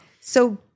So-